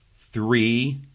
three